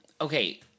Okay